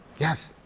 Yes